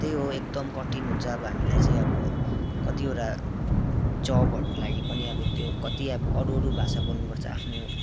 त्यही हो एकदम कठिन हुन्छ अब हामीलाई चाहिँ अब कतिवटा जबहरूको लागि पनि अब त्यो कति अब अरू अरू भाषा बोल्नु पर्छ आफ्नो